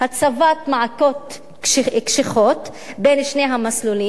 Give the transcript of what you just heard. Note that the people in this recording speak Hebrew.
הצבת מעקות קשיחים בין שני המסלולים,